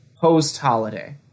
post-holiday